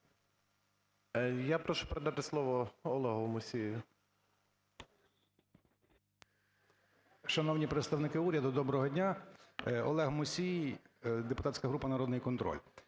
Я прошу передати слово Олегу Мусію. 10:56:39 МУСІЙ О.С. Шановні представники уряду, доброго дня! Олег Мусій, депутатська група "Народний контроль".